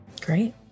Great